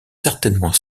certainement